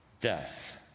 death